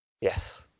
yes